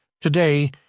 Today